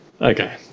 Okay